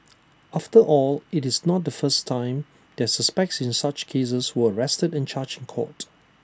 after all it's not the first time that suspects in such cases were arrested and charged in court